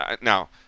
now